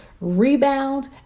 Rebound